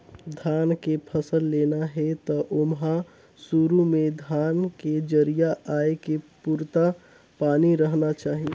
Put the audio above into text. धान के फसल लेना हे त ओमहा सुरू में धान के जरिया आए के पुरता पानी रहना चाही